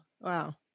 Wow